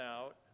out